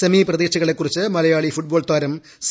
semi പ്രതീക്ഷകളെ കുറിച്ച് Malayali football താരം സി